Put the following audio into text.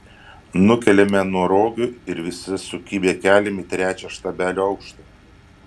nukeliame nuo rogių ir visi sukibę keliam į trečią štabelio aukštą